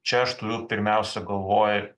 čia aš turiu pirmiausia galvoj